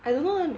I don't know